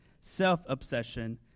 self-obsession